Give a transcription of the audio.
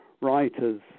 writers